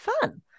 fun